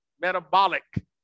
metabolic